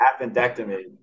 appendectomy